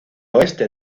oeste